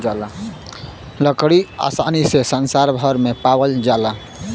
लकड़ी आसानी से संसार भर में पावाल जाला